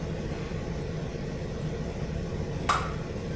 ᱞᱮ ᱧᱟᱢᱟ ᱟᱨ